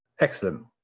excellent